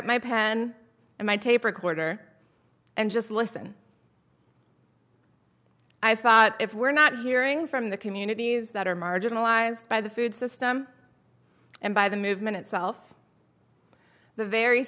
up my pen and my tape recorder and just listen i thought if we're not hearing from the communities that are marginalized by the food system and by the movement itself the very